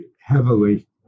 heavily